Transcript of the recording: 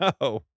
No